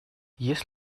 есть